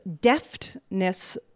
deftness